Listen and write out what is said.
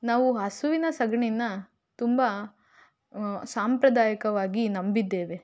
ನಾವು ಹಸುವಿನ ಸಗಣಿನ ತುಂಬ ಸಾಂಪ್ರದಾಯಿಕವಾಗಿ ನಂಬಿದ್ದೇವೆ